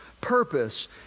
purpose